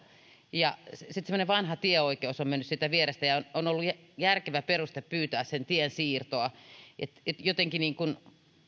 ja sitten semmoinen vanha tieoikeus on mennyt siitä vierestä ja että se on ollut järkevä peruste pyytää sen tien siirtoa eli jotenkin tuntuu ihan kuin